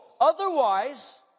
Otherwise